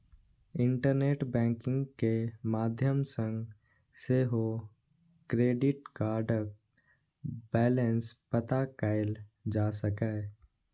internet banking के माध्यम सं सेहो क्रेडिट कार्डक बैलेंस पता कैल जा सकैए